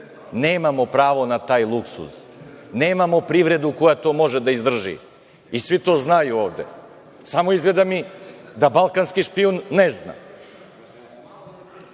Nemamo pravo na taj luksuz. Nemamo privredu koja to može da izdrži i svi to znaju ovde, samo izgleda mi da „balkanski špijun“ ne